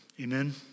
Amen